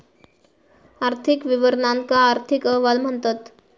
आर्थिक विवरणांका आर्थिक अहवाल म्हणतत